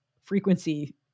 frequency